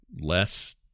less